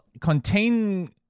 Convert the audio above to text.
contain